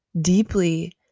deeply